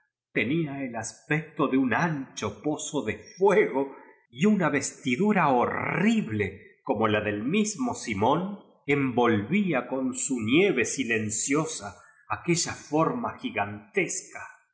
tenía el aspecto de un ancho pozo de fuego y una vestidura horrible como la del mismo simón envolvía con su nieve silenciosa aquella forma gigantesca